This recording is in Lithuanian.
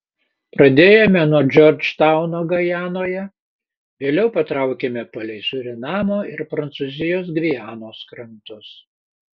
pradėjome nuo džordžtauno gajanoje vėliau patraukėme palei surinamo ir prancūzijos gvianos krantus